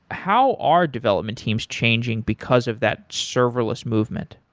how are development teams changing because of that serverless movement?